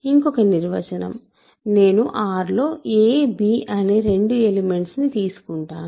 ఇంకొక నిర్వచనం నేను R లో a b అనే రెండు ఎలిమెంట్స్ ని తీసుకుంటాను